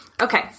okay